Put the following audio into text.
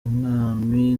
umwami